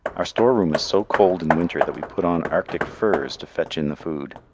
our storeroom is so cold in winter that we put on arctic furs to fetch in the food,